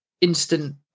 instant